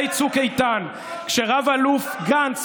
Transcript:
אזרח,